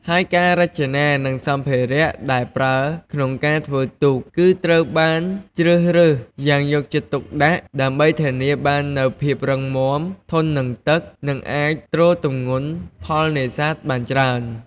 ហើយការរចនា និងសម្ភារៈដែលប្រើក្នុងការធ្វើទូក គឺត្រូវបានជ្រើសរើសយ៉ាងយកចិត្តទុកដាក់ ដើម្បីធានាបាននូវភាពរឹងមាំ ធន់នឹងទឹក និងអាចទ្រទម្ងន់ផលនេសាទបានច្រើន។